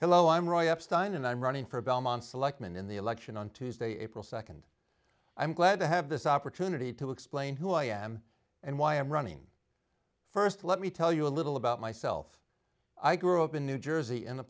stein and i'm running for belmont selectman in the election on tuesday april nd i'm glad to have this opportunity to explain who i am and why i'm running st let me tell you a little about myself i grew up in new jersey in a